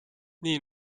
nii